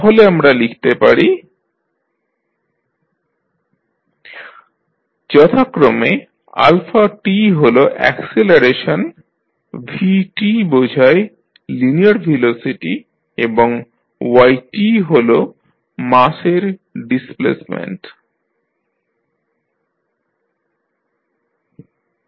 তাহলে আমরা লিখতে পারি যথাক্রমে হল অ্যাকসিলারেশন বোঝায় লিনিয়ার ভেলোসিটি এবং হল মাস M এর displacement the displacement of mass